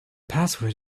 password